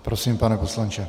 Prosím, pane poslanče.